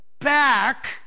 back